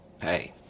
hey